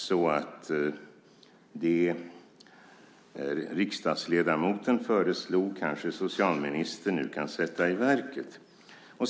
Så det som riksdagsledamoten föreslog kanske socialministern nu kan sätta i verket.